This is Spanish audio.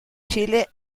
chile